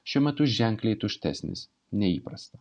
šiuo metu ženkliai tuštesnis nei įprasta